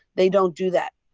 they don't do that,